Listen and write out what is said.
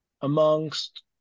amongst